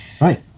Right